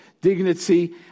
dignity